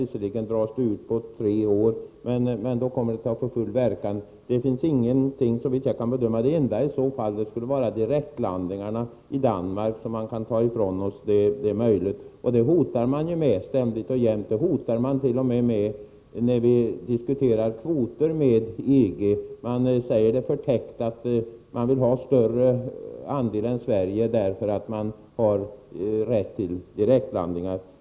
Visserligen blir det en frist på tre år — men sedan får beslutet full verkan. Det finns ingenting ytterligare, såvitt jag kan bedöma. Det enda man kan taifrån oss skulle i så fall vara direktlandningarna i Danmark — det är möjligt. Och detta hotar man med, ständigt och jämt. Man hotar med dett.o.m. när vi diskuterar kvoter med EG. Man säger förtäckt att man vill ha större andel än Sverige därför att Sverige har rätt till direktlandningar.